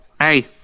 hey